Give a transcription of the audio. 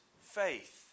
faith